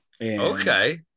Okay